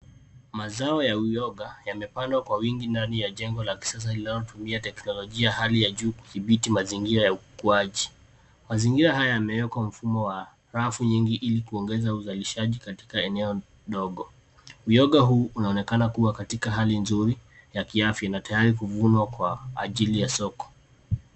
Mazao ya uyoga yamepandwa kwa wingi ndani ya jengo la kisasa linalotumia teknolojia ya hali ya juu kudhibiti mazingira ya ukuaji. Mazingira haya yamwwekwa mfumo wa rafu nyingi ili kuongeza uzalishaji katika eneo dogo. Uyoga huu unaonekana kuwa katika hali nzuri ya kiafya na tayari kuvunwa kwa ajili ya soko.